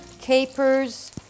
capers